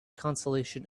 consolation